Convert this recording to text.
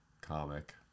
comic